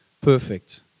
perfect